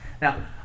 Now